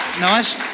nice